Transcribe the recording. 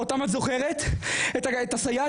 אם היא זוכרת את הסייעת